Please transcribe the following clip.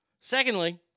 Secondly